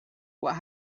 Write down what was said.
what